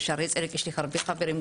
ב'שערי צדק' יש לי הרבה חברים,